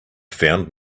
found